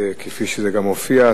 כפי שזה גם מופיע,